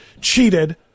cheated